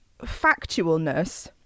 factualness